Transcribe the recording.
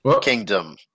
kingdom